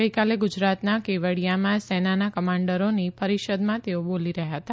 ગઇકાલે ગુજરાતના કેવડિયામાં સેનાના કમાન્ડરોની પરિષદમાં તેઓ બોલી રહ્યા હતા